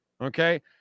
Okay